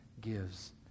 gives